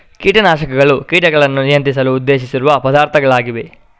ಕೀಟ ನಾಶಕಗಳು ಕೀಟಗಳನ್ನು ನಿಯಂತ್ರಿಸಲು ಉದ್ದೇಶಿಸಿರುವ ಪದಾರ್ಥಗಳಾಗಿವೆ